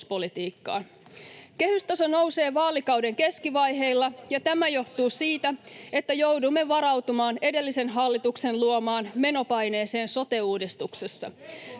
Kehystaso nousee vaalikauden keskivaiheilla, ja tämä johtuu siitä, että joudumme varautumaan edellisen hallituksen luomaan menopaineeseen sote-uudistuksesta.